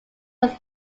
was